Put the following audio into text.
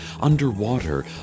underwater